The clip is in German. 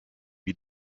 wie